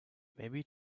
maybe